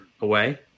away